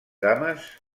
dames